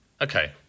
Okay